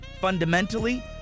fundamentally